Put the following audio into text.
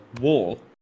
wall